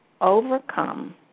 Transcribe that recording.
overcome